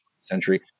century